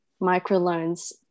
microloans